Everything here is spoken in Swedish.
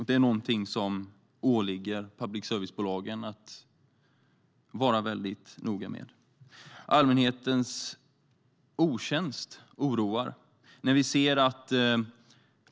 Det åligger public service-bolagen att vara noga med det. Allmänhetens otjänst oroar.